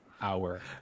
hour